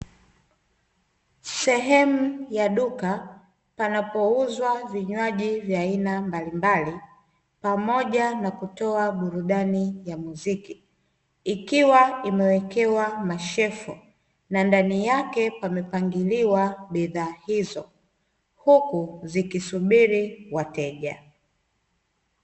Sehemu ya duka panapouzwa vinywaji vya aina mbalimbali pamoja na kutoa burudani ya muziki ikiwa imewekewa mashefu, na ndani yake pamepangiliwa bidhaa hizo huku zikisubiri wateja.